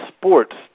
sports